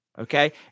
Okay